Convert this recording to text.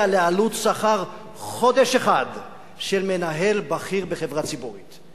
לעלות שכר חודש אחד של מנהל בכיר בחברה ציבורית.